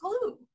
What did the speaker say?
clue